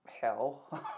hell